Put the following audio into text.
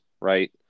Right